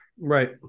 Right